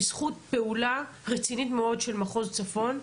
בזכות פעולה רצינית מאוד של מחוז צפון,